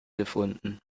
gefunden